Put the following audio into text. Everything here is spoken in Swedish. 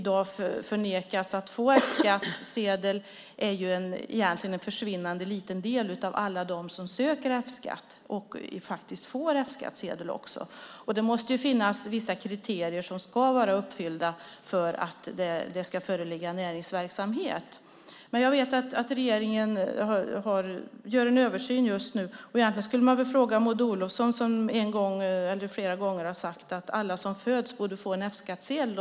Det är ju en försvinnande liten del av alla som söker F-skattsedel som i dag nekas att få F-skattsedel. Vissa kriterier ska vara uppfyllda för att det ska föreligga näringsverksamhet. Jag vet att regeringen gör en översyn just nu. Maud Olofsson har ju flera gånger sagt att alla som föds borde få en F-skattesedel.